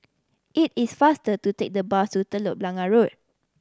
it is faster to take the bus to Telok Blangah Road